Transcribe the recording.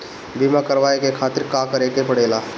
बीमा करेवाए के खातिर का करे के पड़ेला?